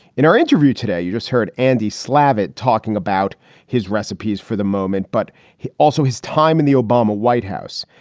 in our interview today, you just heard andy slavitt talking about his recipes for the moment, but also his time in the obama white house.